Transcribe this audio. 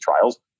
trials